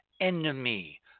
enemy